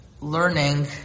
learning